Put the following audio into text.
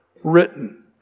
written